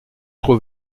trop